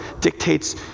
dictates